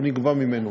הוא נגבה ממנו,